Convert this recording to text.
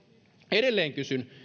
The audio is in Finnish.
edelleen kysyn